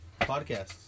podcasts